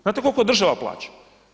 Znate koliko država plaća?